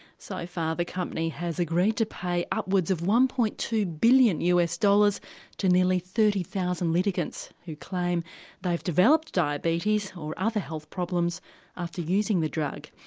so far the company has agreed to pay upwards of one. two billion us dollars to nearly thirty thousand litigants who claim they've developed diabetes or other health problems after using the drug.